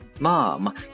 Mom